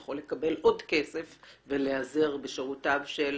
יכול לקבל עוד כסף ולהיעזר בשירותיו של